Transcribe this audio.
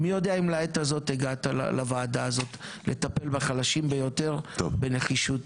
מי יודע אם לעת הזאת הגעת לוועדה הזאת לטפל בחלשים ביותר בנחישות?